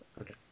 Okay